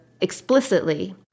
explicitly